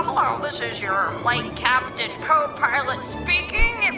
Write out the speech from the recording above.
hello, this is your flight captain co-pilot speaking. and